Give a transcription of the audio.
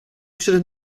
should